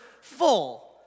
full